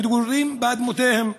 המתגוררים באדמותיהם,